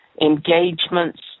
engagements